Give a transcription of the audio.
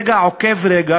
עוקב רגע,